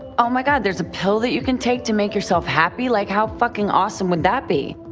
oh my god, there's a pill that you can take to make yourself happy? like how fucking awesome would that be?